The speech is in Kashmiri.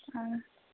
آہَن حظ